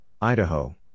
Idaho